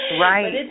Right